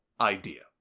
idea